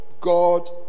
God